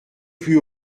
plus